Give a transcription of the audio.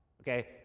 Okay